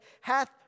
hath